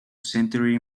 century